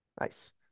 Nice